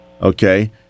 okay